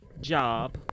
job